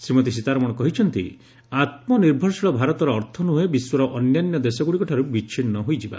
ଶ୍ରୀମତୀ ସୀତାରମଣ କହିଛନ୍ତି ଆତ୍ମନିର୍ଭରଶୀଳ ଭାରତର ଅର୍ଥ ନୁହେଁ ବିଶ୍ୱର ଅନ୍ୟାନ୍ୟ ଦେଶଗୁଡ଼ିକଠାରୁ ବିଚ୍ଛିନ୍ନ ହୋଇଯିବା